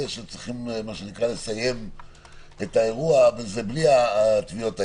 שצריך לסיים את האירוע בלי טביעות האצבע.